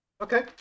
Okay